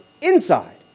inside